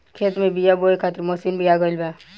खेत में बीआ बोए खातिर मशीन भी आ गईल बा